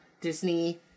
Disney